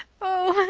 oh,